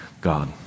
God